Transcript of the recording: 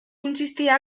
consistirà